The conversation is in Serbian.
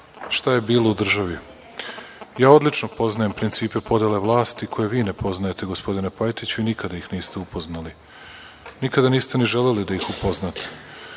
šta je bilo u državi. Odlično poznajem principe podele vlasti, koje vi ne poznajete, gospodine Pajtiću, i nikada ih niste upoznali. Nikada niste ni želeli da ih upoznate.